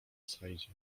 saidzie